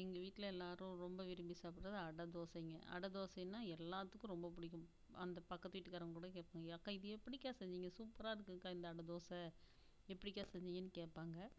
எங்கள் வீட்டில் எல்லோரும் ரொம்ப விரும்பி சாப்புடறது அடை தோசைங்க அடை தோசைன்னால் எல்லாத்துக்கும் ரொம்ப பிடிக்கும் அந்த பக்கத்து வீட்டுக்காரங்க கூட கேட்பாங்க அக்கா இது எப்படிக்கா செஞ்சீங்க சூப்பராயிருக்குக்கா இந்த அடை தோசை எப்படிக்கா செஞ்சீங்கன்னு கேட்பாங்க